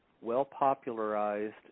well-popularized